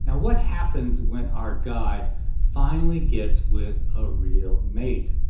and what happens when our guy finally gets with a real mate.